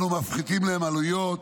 אנו מפחיתים להם עלויות,